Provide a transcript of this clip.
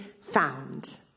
found